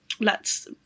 lets